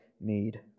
need